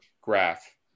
graph